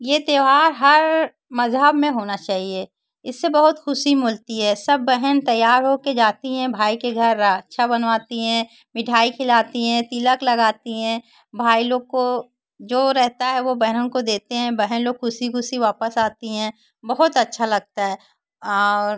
यह त्यौहार हर मज़हब में होना चाहिए इससे बहुत ख़ुशी मिलती है सब बहन तैयार होकर जाती हैं भाई के घर रक्षा बनवाती हैं मिठाई खिलाती हैं तिलक लगाती हैं भाई लोग को जो रहता है वह बहन को देते हैं बहन लोग ख़ुशी ख़ुशी वापस आती हैं बहुत अच्छा लगता है और